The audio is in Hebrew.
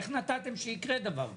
איך נתתם שיקרה דבר כזה.